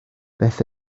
beth